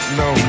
no